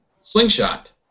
Slingshot